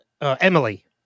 Emily